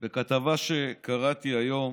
בכתבה שקראתי היום